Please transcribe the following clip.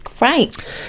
right